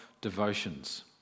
devotions